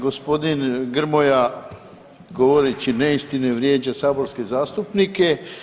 Gospodin Grmoja govoreći neistine vrijeđa saborske zastupnike.